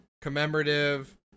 Commemorative